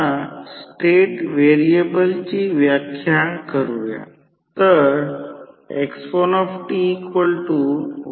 आता EMF समीकरण हे 2 समीकरणे देखील सर्वसाधारणपणे मी दिलेल्या मग्नेटिक सर्किटमध्ये E1 4